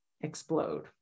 explode